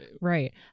right